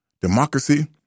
democracy